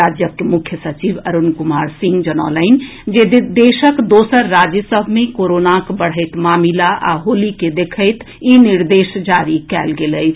राज्यक मुख्य सचिव अरूण कुमार सिंह जनौलनि जे देशक दोसर राज्य सभ मे कोरोनाक बढ़ैत मामिला आ होली के देखैत ई निर्देश जारी कएल गेल अछि